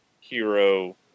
hero